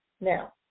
Now